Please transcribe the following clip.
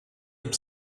upp